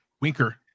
Winker